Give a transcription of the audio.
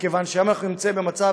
מכיוון שהיום אנחנו נמצאים במצב,